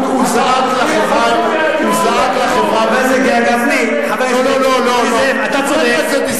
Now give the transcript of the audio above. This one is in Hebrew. הוא זעק לחברה, אתה צודק, זה